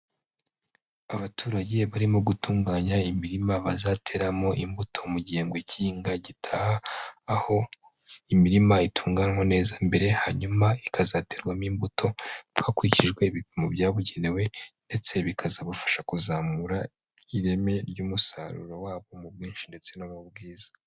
Abaturage barimo gutunganya imirima bazateramo imbuto mu gihembwe cy'ihinga gitaha, aho imirima itunganywa neza mbere hanyuma ikazaterwamo imbuto hakurikijwe ibipimo byabugenewe, ndetse bikazabafasha kuzamura ireme ry'umusaruro wabo mu bwinshi ndetse no mu bwiza.